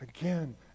again